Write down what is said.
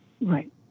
Right